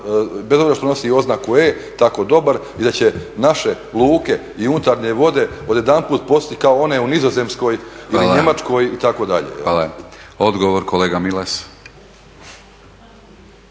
bez obzira što nosi oznaku E tako dobar i da će naše luke i unutarnje vode odjedanput postat kao one u Nizozemskoj ili Njemačkoj itd. **Batinić, Milorad (HNS)** Hvala. Odgovor, kolega Milas.